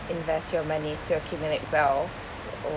invest your money to accumulate wealth or